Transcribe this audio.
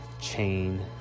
chain